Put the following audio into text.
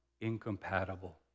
incompatible